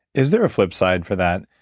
is there a flip side for that?